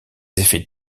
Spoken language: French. effets